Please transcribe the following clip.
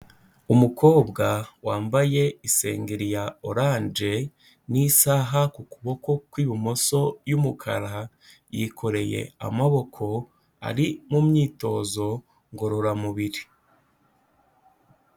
Umukobwa wambaye isengeri ya oranje n'isaha ku kuboko kw'ibumoso y'umukara, yikoreye amaboko ari mu myitozo ngororamubiri.